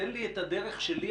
תן לי את הדרך שלי,